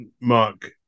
Mark